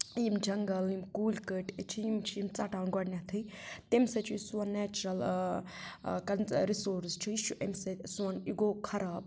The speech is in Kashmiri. یِم جنٛگل یِم کُلۍ کٔٹۍ چھِ یِم چھِ یِم ژَٹان گۄڈنٮ۪تھٕے تمہِ سۭتۍ چھُ یہِ سون نیچرل کنزر رِسورٕز چھُ یہِ چھُ اَمہِ سۭتۍ سون یہِ گوٚو خراب